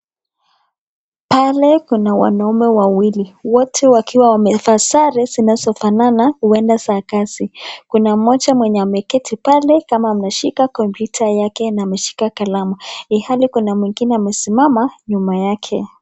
Pale kuna wanawake wawili. Wote wakiwa wamevalia sare zinazofanana huenda sarakasi. Kuna mmoja mwenye ameketi pale kama anashika kompyuta yake na ameshika kalamu. I hali kuna mwingine amesimama nyuma yake.